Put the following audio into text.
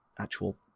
actual